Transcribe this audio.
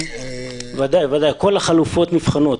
ודאי, כל החלופות נבחנות.